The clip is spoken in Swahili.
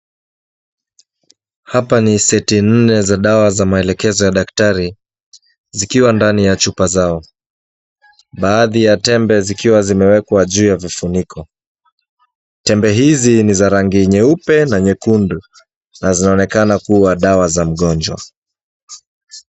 Hapa ni seti nne za dawa za maelekezo ya daktari zikiwa ndani ya chupa zao. Baadhi ya tembe zikiwa zimewekwa juu ya vifuniko. Tembe hizi ni za rangi nyeupe na nyekundu na zinaonekana kuwa dawa za mgonjwa.